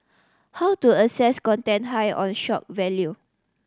how to assess content high on shock value